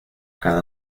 cada